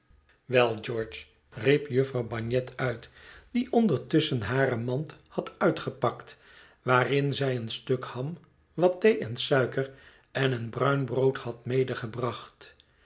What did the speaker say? wel george riep jufvrouw bagnet uit die ondertusschen hare mand had uitgepakt waarin zij een stuk ham wat thee en suiker en een bruin brood had